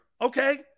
Okay